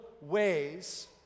ways